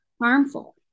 harmful